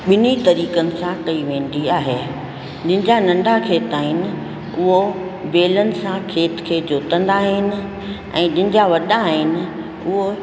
ॿिन्ही तरीक़नि सां कई वेंदी आहे जिनजा नंढा नंढा खेत आहिनि उहो बेलन सां खेत खे जोतंदा आहिनि ऐं जिनजा वॾा आहिनि उहो